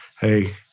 Hey